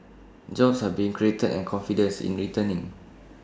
jobs are being created and confidence in returning